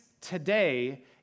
today